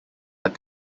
but